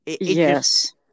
Yes